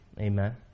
Amen